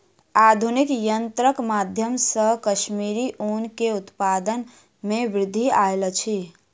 आधुनिक यंत्रक माध्यम से कश्मीरी ऊन के उत्पादन में वृद्धि आयल अछि